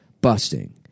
busting